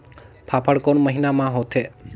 फाफण कोन महीना म होथे?